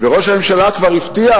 וראש הממשלה כבר הבטיח